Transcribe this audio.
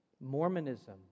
Mormonism